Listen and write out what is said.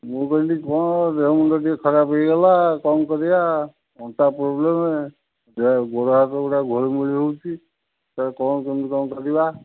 ମୁଁ କହିଲି କ'ଣ ଦେହ ମୁଣ୍ଡ ଟିକେ ଖରାପ ହୋଇଗଲା କ'ଣ କରିବା ଅଣ୍ଟା ପ୍ରୋବ୍ଲେମ୍ ଗୋଡ଼ ହାତ ଘୋଳିମୋଳି ହେଉଛି ତାହେଲେ କ'ଣ କେମିତି କ'ଣ କରିବା